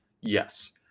Yes